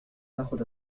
آخذ